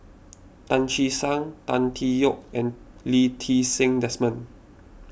Tan Che Sang Tan Tee Yoke and Lee Ti Seng Desmond